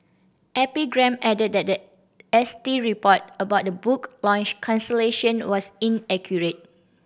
epigram added that the S T report about the book launch cancellation was inaccurate